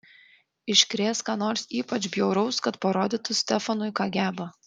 iškrės ką nors ypač bjauraus kad parodytų stefanui ką geba